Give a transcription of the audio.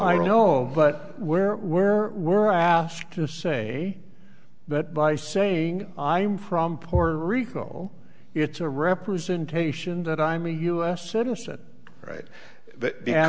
don't know but where where we're asked to say that by saying i'm from puerto rico it's a representation that i'm a us citizen right